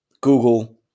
Google